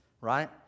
right